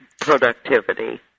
productivity